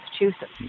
Massachusetts